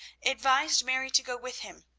advised mary to go with him,